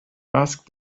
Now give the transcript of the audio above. ask